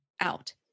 out